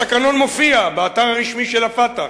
התקנון מופיע באתר הרשמי של ה"פתח",